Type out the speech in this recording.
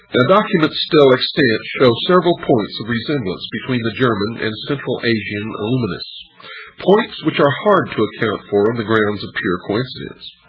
documents still extant show several points of resemblance between the german and central asian illuminists points which are hard to account for on the grounds of pure coincidence,